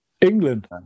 England